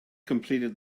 completed